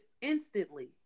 instantly